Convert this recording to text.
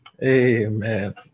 Amen